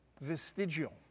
vestigial